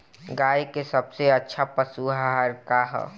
गाय के सबसे अच्छा पशु आहार का ह?